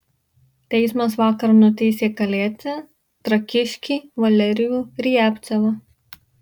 teismas vakar nuteisė kalėti trakiškį valerijų riabcevą